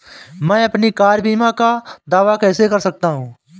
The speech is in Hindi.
मैं अपनी कार बीमा का दावा कैसे कर सकता हूं?